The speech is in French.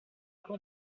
cour